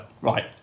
right